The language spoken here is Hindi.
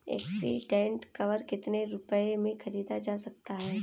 एक्सीडेंट कवर कितने रुपए में खरीदा जा सकता है?